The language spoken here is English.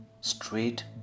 straight